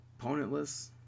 opponentless